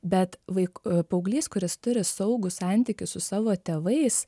bet vaikų paauglys kuris turi saugų santykį su savo tėvais